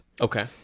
Okay